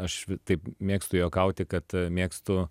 aš taip mėgstu juokauti kad mėgstu